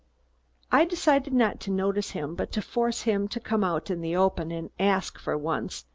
i decided not to notice him but to force him to come out in the open and ask, for once,